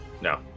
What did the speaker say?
no